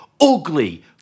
ugly